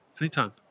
anytime